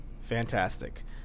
Fantastic